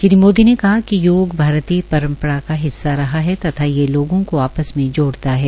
श्री मोदी ने कहा कि योग भारतीय पंरपरा का हिस्सा रहा है तथा यह लोगों को आपस में जोड़ता है